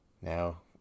Now